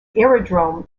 aerodrome